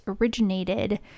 originated